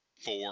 four